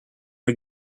are